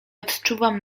odczuwam